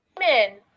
men